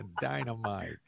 Dynamite